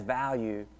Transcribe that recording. value